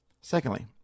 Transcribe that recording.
Secondly